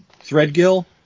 Threadgill